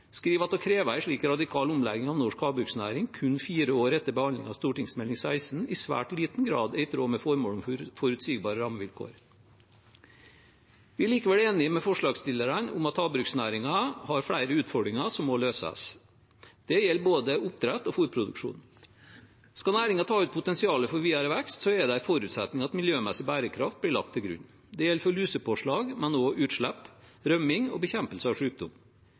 at å kreve en slik radikal omlegging av norsk havbruksnæring kun fire år etter behandlingen av stortingsmelding 16 i svært liten grad er i tråd med formålet om forutsigbare rammevilkår. Vi er likevel enige med forslagsstillerne om at havbruksnæringen har flere utfordringer som må løses. Det gjelder både oppdrett og fôrproduksjon. Skal næringen ta ut potensialet for videre vekst, er det en forutsetning at miljømessig bærekraft blir lagt til grunn. Det gjelder for lusepåslag, men også for utslipp, rømming og bekjempelse av